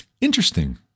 Interesting